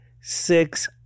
six